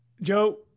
Joe